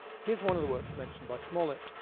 here's one of the works mentioned by smollett